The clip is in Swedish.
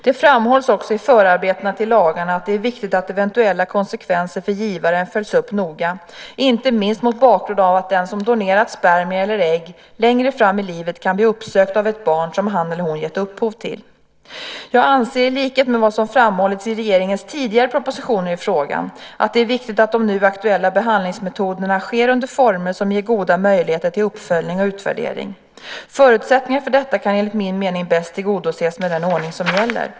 Det framhålls också i förarbetena till lagarna att det är viktigt att eventuella konsekvenser för givaren följs upp noga, inte minst mot bakgrund av att den som donerat spermier eller ägg längre fram i livet kan bli uppsökt av ett barn som han eller hon gett upphov till. Jag anser, i likhet med vad som har framhållits i regeringens tidigare propositioner i frågan, att det är viktigt att de nu aktuella behandlingsmetoderna tillämpas under former som ger goda möjligheter till uppföljning och utvärdering. Förutsättningarna för detta kan enligt min mening bäst tillgodoses med den ordning som gäller.